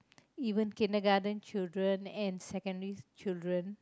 even kindergarten children and secondary children